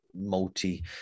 multi